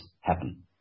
happen